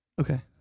Okay